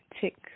Tick